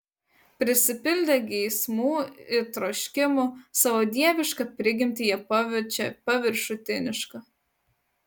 prisipildę geismų ir troškimų savo dievišką prigimtį jie paverčia paviršutiniška